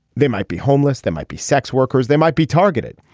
they might be homeless they might be sex workers they might be targeted.